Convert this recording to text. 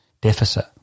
deficit